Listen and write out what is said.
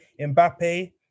Mbappe